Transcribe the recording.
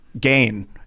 gain